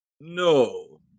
no